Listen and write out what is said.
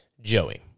Joey